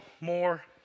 more